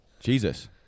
Jesus